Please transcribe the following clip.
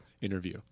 interview